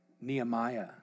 Nehemiah